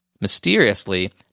Mysteriously